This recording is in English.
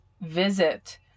visit